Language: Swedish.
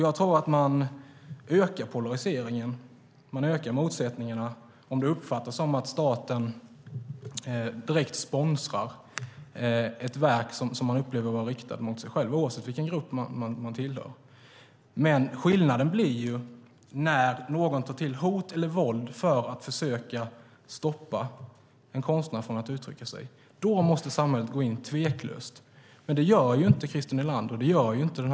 Jag tror att det ökar polariseringen och motsättningarna om det uppfattas som att staten sponsrar ett verk som upplevs vara riktat mot en själv, oavsett vilken grupp man hör till. Men när någon tar till hot eller våld för att försöka stoppa en konstnär från att uttrycka sig måste samhället tveklöst gå in. Det gör dock inte Christer Nylander och regeringen.